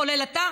כולל אתה,